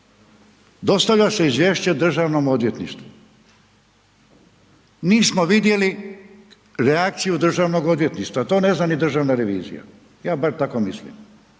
dostavlja se izvješće Državnom odvjetništvu, nismo vidjeli reakciju državnog odvjetništva, to ne zna ni Državna revizija, ja bar tako mislim.